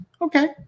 Okay